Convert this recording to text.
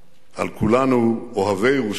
על כולנו, אוהבי ירושלים,